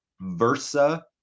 versa